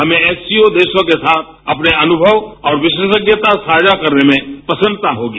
हमें एससीओ देशों के साथ अपने अनुमव और विशेषज्ञता साझा करने में प्रसन्नता होगी